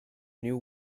new